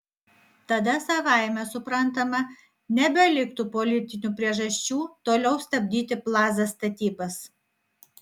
tada savaime suprantama nebeliktų politinių priežasčių toliau stabdyti plaza statybas